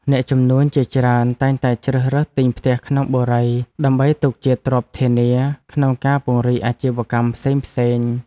អ្នកជំនួញជាច្រើនតែងតែជ្រើសរើសទិញផ្ទះក្នុងបុរីដើម្បីទុកជាទ្រព្យធានាក្នុងការពង្រីកអាជីវកម្មផ្សេងៗ។